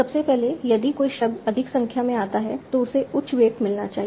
सबसे पहले यदि कोई शब्द अधिक संख्या में आता है तो उसे उच्च वेट मिलना चाहिए